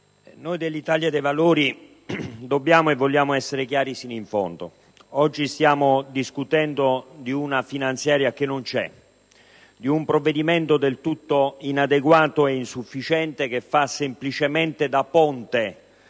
noi dell'Italia dei Valori dobbiamo e vogliamo essere chiari sino in fondo: oggi stiamo discutendo di una finanziaria che non c'è, di un provvedimento del tutto inadeguato e insufficiente, che fa semplicemente da ponte